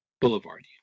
Boulevard